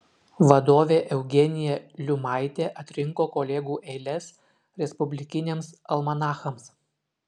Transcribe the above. vadovė eugenija liumaitė atrinko kolegų eiles respublikiniams almanachams